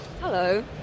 Hello